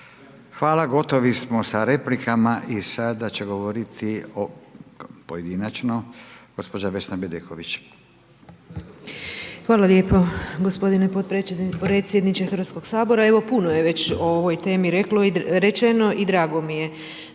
Hvala, gotovi smo sa replikama i sada će govoriti pojedinačno gospođa Vesna Bedeković. **Bedeković, Vesna (HDZ)** Hvala lijepo gospodine potpredsjedniče Hrvatskog sabora. Evo puno je već o ovoj temi rečeno i drago mi je